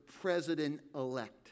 president-elect